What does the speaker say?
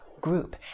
group